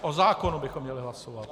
O zákonu bychom měli hlasovat.